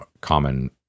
common